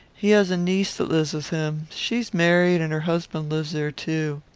he has a niece that lives with him. she is married, and her husband lives there too.